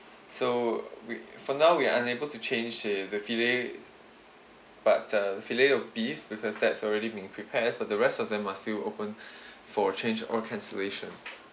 so we for now we are unable to change uh the filet but a fillet of beef because that's already been prepared but the rest of them are still open for change or cancellation